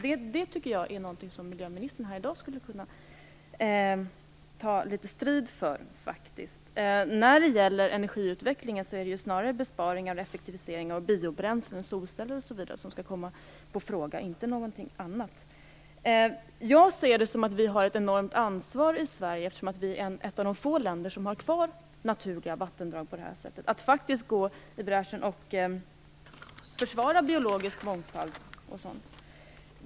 Det tycker jag faktiskt att miljöministern här i dag skulle kunna ta strid för. När det gäller energiutvecklingen är det snarare besparingar och effektiviseringar av biobränslen, solceller osv. som skall komma i fråga, inte någonting annat. Jag ser det som att vi har ett enormt ansvar i Sverige, eftersom Sverige är ett av de få länder som har kvar naturliga vattendrag på det här sättet. Vi bör faktiskt gå i bräschen och försvara en biologisk mångfald.